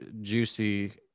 juicy